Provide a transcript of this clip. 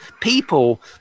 people